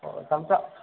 ও তাহলে তো